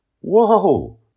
Whoa